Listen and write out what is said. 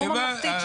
כמו ועדה ממלכתית.